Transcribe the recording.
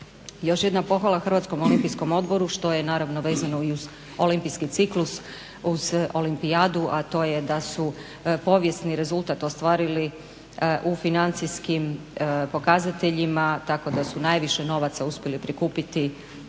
Još jedna pohvala Hrvatskom olimpijskom odboru što je naravno vezano uz olimpijski ciklus uz olimpijadu a to je da su povijesni rezultat ostvarili u financijskim pokazateljima tako da su najviše novaca uspjeli prikupiti